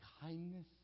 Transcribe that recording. kindness